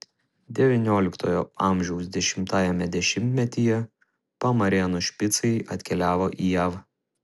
devynioliktojo amžiaus dešimtajame dešimtmetyje pamarėnų špicai atkeliavo į jav